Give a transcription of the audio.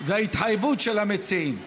והתחייבות של המציעים.